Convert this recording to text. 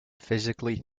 physically